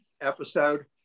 episode